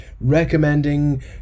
recommending